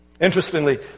Interestingly